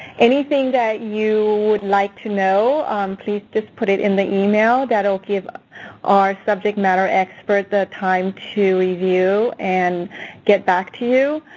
anything that you would like to know please just put it in the email. that'll give ah our subject matter expert the time to review and get back to you.